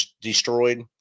destroyed